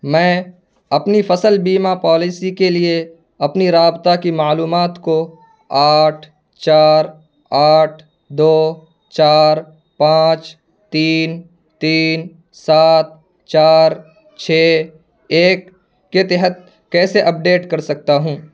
میں اپنی فصل بیمہ پالیسی کے لیے اپنی رابطہ کی معلومات کو آٹھ چار آٹھ دو چار پانچ تین تین سات چار چھ ایک کے تحت کیسے اپڈیٹ کر سکتا ہوں